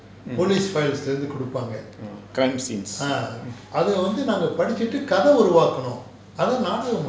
crime scenes